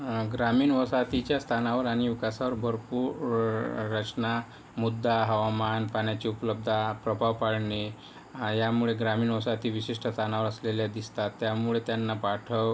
ग्रामीण वसाहतीच्या स्थानावर आणि विकासावर भरपूर रचना मुद्दा हवामान पाण्याचे उपलब्धता प्रभाव पडणे यामुळे ग्रामीण वसाहती विशिष्ट स्थानावर असलेल्या दिसतात त्यामुळे त्यांना पाठव